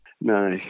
No